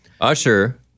Usher